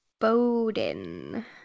Bowden